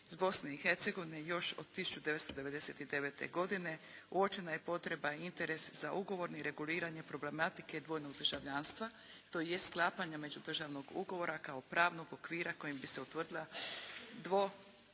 iz Bosne i Hercegovine. Još od 1999. godine uočena je potreba i interes za ugovorno reguliranje problematike dvojnog državljanstva, tj. sklapanja međudržavnog ugovora kao pravnog okvira kojim bi se utvrdila